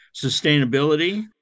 sustainability